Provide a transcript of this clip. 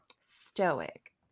stoic